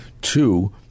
Two